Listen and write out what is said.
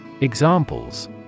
Examples